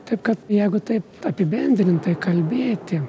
taip kad jeigu taip apibendrintai kalbėti